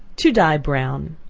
to dye brown.